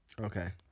Okay